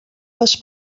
les